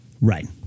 Right